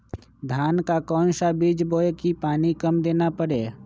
धान का कौन सा बीज बोय की पानी कम देना परे?